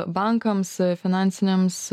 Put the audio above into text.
bankams finansinėms